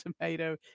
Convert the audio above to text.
tomato